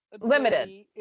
Limited